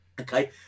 Okay